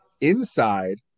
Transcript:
Inside